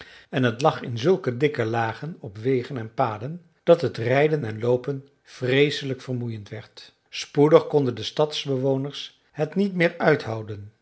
en t lag in zulke dikke lagen op wegen en paden dat het rijden en loopen vreeselijk vermoeiend werd spoedig konden de stadsbewoners het niet meer uithouden